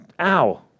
ow